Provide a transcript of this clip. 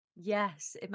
yes